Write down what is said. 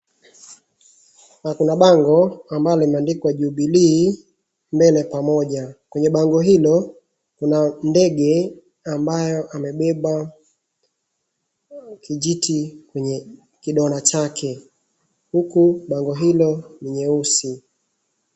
Kuna bango ambalo limeandikwa Jubilee Mbele Pamoja. Kwenye bango hilo kuna ndege ambayo amebeba kijiti kwenye kidoda chake uku bango hilo ni nyeusi.